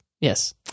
Yes